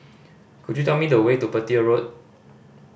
could you tell me the way to Petir Road